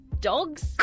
dogs